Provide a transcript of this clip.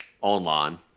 online